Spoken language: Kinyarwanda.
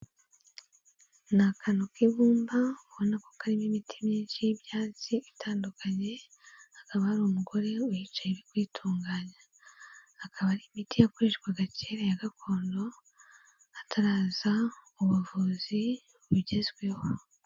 Ni akantu k'ibumba ubona ko karimo imiti myinshi y'ibyatsi itandukanye, hakaba hari umugore uhicaye uri kuyitunganya, akaba ari imiti yakoreshwaga kera, ya gakondo hataraza ubuvuzi bugezweho.